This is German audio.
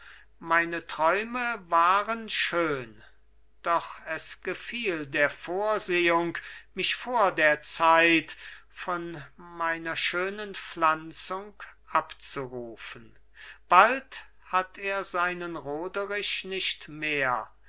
meine träume waren schön doch es gefiel der vorsehung mich vor der zeit von meiner schönen pflanzung abzurufen bald hat er seinen roderich nicht mehr